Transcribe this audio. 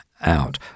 out